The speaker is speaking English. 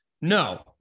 No